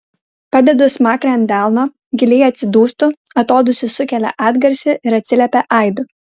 padedu smakrą ant delno giliai atsidūstu atodūsis sukelia atgarsį ir atsiliepia aidu